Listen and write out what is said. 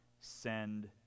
send